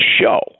show